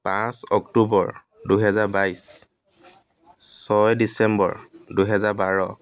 পাঁচ অক্টোবৰ দুহেজাৰ বাইছ ছয় ডিচেম্বৰ দুহেজাৰ বাৰ